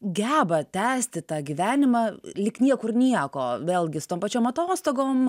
geba tęsti tą gyvenimą lyg niekur nieko vėlgi su tom pačiom atostogom